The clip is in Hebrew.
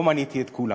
לא מניתי את כולם.